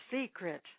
secret